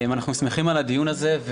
אנחנו שמחים על הדיון הזה,